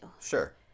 Sure